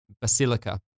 Basilica